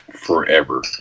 forever